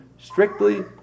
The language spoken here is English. strictly